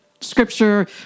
scripture